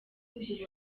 mudugudu